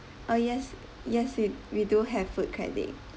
oh yes yes we we do have food credit